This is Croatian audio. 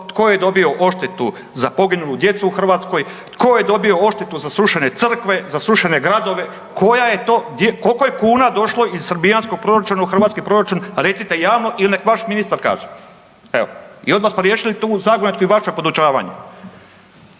Tko je dobio odštetu za poginulu djecu u Hrvatskoj? Tko je dobio odštetu za srušene crkve, srušene gradove? Koja je to? Koliko je kuna došlo iz srbijanskog proračuna u hrvatski proračun recite javno ili neka vaš ministar kaže? Evo. I odmah smo riješili tu zagonetku i vaša podučavanja.